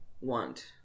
want